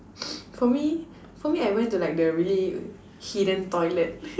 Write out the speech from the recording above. for me for me I went to like the really hidden toilet